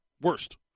Worst